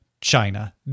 China